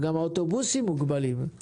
גם האוטובוסים מוגבלים,